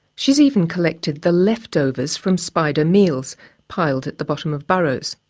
she's even collected the leftovers from spider meals, piled at the bottom of burrows.